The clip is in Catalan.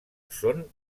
són